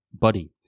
buddy